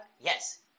Yes